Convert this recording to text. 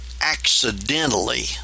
accidentally